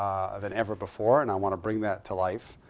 than ever before. and i want to bring that to life.